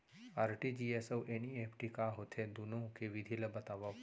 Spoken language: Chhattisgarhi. आर.टी.जी.एस अऊ एन.ई.एफ.टी का होथे, दुनो के विधि ला बतावव